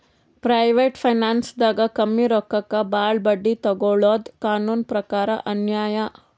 private ಫೈನಾನ್ಸ್ದಾಗ್ ಕಮ್ಮಿ ರೊಕ್ಕಕ್ ಭಾಳ್ ಬಡ್ಡಿ ತೊಗೋಳಾದು ಕಾನೂನ್ ಪ್ರಕಾರ್ ಅನ್ಯಾಯ್